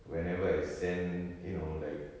whenever I send you know like